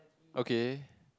okay